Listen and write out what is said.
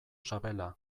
sabela